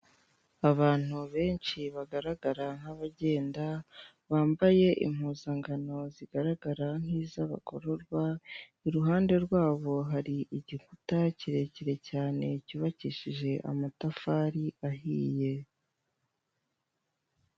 Abantu benshi bagaragara nkabagenda bambaye impuzangano zigaragara nk'izabagororwa iruhande rwabo hari igikuta kirekire cyane cyubakishije amatafari ahiye.